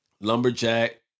Lumberjack